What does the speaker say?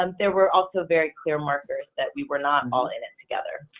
um there were also very clear markers that we were not all in it together.